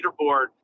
leaderboard